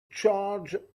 charge